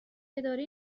اداره